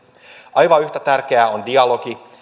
aivan yhtä tärkeää on dialogi